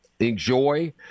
Enjoy